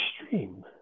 extreme